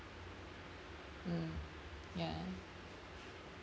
mm ya